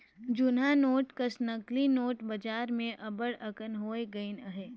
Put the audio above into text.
जुनहा नोट कस नकली नोट बजार में अब्बड़ अकन होए गइन अहें